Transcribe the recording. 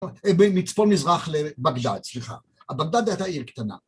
מצפון מזרח לבגדד סליחה הבגדד הייתה עיר קטנה